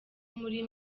muri